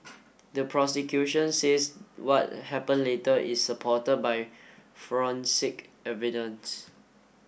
the prosecution says what happen later is supported by forensic evidence